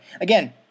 again